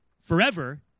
forever